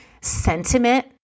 Sentiment